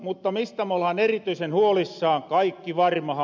mutta mistä me ollaan erityisen huolissaan kaikki varmahan